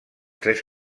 tres